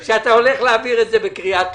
בכלל שאתה הולך להעביר את זה בקריאה טרומית?